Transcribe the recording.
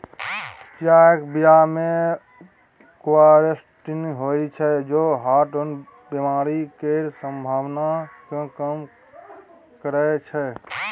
चियाक बीया मे क्वरसेटीन होइ छै जे हार्टक बेमारी केर संभाबना केँ कम करय छै